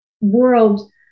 world